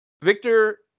Victor